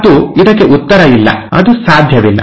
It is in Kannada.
ಮತ್ತು ಇದಕ್ಕೆ ಉತ್ತರ ಇಲ್ಲ ಅದು ಸಾಧ್ಯವಿಲ್ಲ